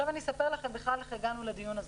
אני אספר לכם איך בכלל הגענו לדיון הזה.